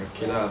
ya